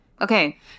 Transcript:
Okay